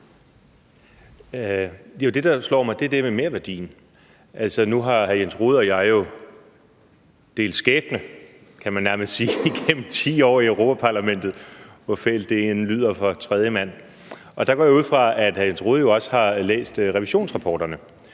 Det, der slår mig, er det med merværdien. Nu har hr. Jens Rohde og jeg jo delt skæbne, kan man nærmest sige, igennem 10 år i Europa-Parlamentet, hvor fælt det end lyder for tredjemand. Og jeg går ud fra, at hr. Jens Rohde jo også har læst revisionsrapporterne.